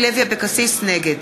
נגד